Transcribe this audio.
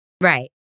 Right